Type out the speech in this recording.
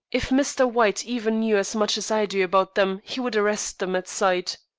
if mr. white even knew as much as i do about them he would arrest them at sight.